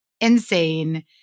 insane